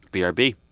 b r b